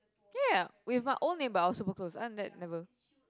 ya with my old neighbour I was super close other than that never